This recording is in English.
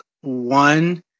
one